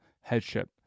headship